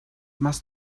must